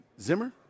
Zimmer